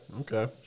okay